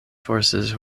forces